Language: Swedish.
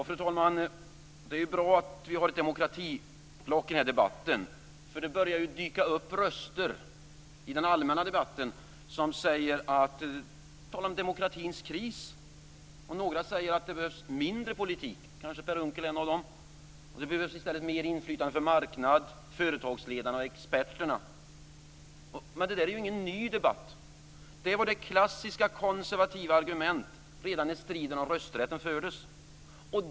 Fru talman! Det är bra att vi har ett demokratiblock i debatten. Det börjar dyka upp röster i den allmänna debatten som talar om demokratins kris. Några säger att det behövs mindre politik. Kanske Per Unckel är en av dem. Det behövs i stället mer inflytande för marknaden, företagsledarna och experterna. Men det är ingen ny debatt. Det var klassiska konservativa argument redan när striden stod om rösträtten.